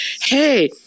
hey